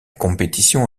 compétition